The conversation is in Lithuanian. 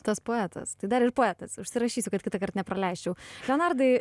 tas poetas tai dar ir poetas užsirašysiu kad kitąkart nepraleisčiau leonardai